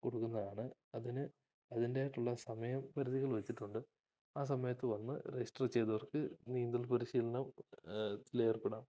കൊടുക്കുന്നയാളാണ് അതിന് അതിന്റേതായിട്ടുള്ള സമയപരിധികൾ വച്ചിട്ടുണ്ട് ആ സമയത്തു വന്ന് രജിസ്റ്റർ ചെയ്തവർക്കു നീന്തൽ പരിശീലനത്തി ലേർപ്പെടാം